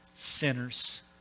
sinners